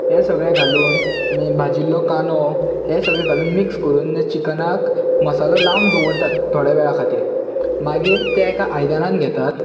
हे सगळें घालून भाजिल्लो कांदो हे सगळें घालून मिक्स करून चिकनाक मसालो लावन दवरतात थोडे वेळा खातीर मागीर ते एका आयदनान घेतात